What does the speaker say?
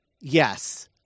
Yes